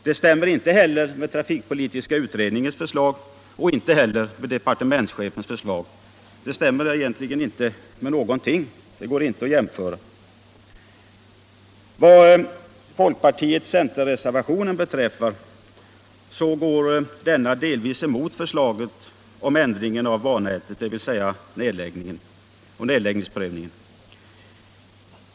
Det stämmer inte heller med trafikpolitiska utredningens förslag och inte heller med departementschefens förslag. Det stämmer egentligen inte med någonting. Det går inte att jämföra. Folkparti-center-reservationen går delvis emot förslaget om ändring av bannätet, dvs. nedläggningsprövningen.